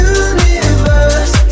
universe